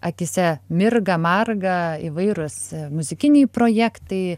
akyse mirga marga įvairūs muzikiniai projektai